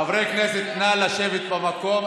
חברי הכנסת, נא לשבת במקום.